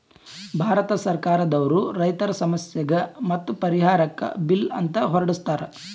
ಭಾರತ್ ಸರ್ಕಾರ್ ದವ್ರು ರೈತರ್ ಸಮಸ್ಯೆಗ್ ಮತ್ತ್ ಪರಿಹಾರಕ್ಕ್ ಬಿಲ್ ಅಂತ್ ಹೊರಡಸ್ತಾರ್